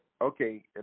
okay